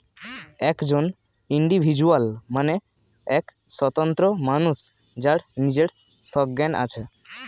একজন ইন্ডিভিজুয়াল মানে এক স্বতন্ত্র মানুষ যার নিজের সজ্ঞান আছে